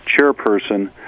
chairperson